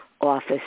office